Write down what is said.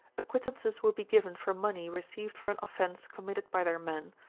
acquittances will be given for money received for an offence committed by their men,